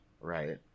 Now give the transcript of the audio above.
right